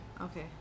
Okay